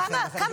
כבר דיברת,